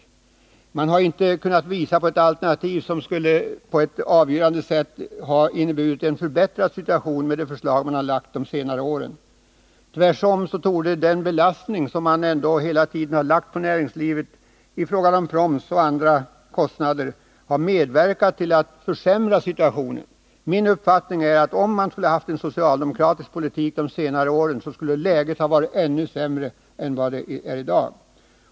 I de förslag man lagt fram under senare år har man inte kunnat visa på något alternativ som på ett avgörande sätt skulle ha inneburit en förbättrad situation. Tvärtom torde den belastning som man hela tiden skulle vilja lägga på näringslivet i form av proms och andra kostnader medverka till att försämra situationen. Min uppfattning är den, att om det skulle ha förts en socialdemokratisk politik de senaste åren hade läget varit ännu sämre än det är i dag.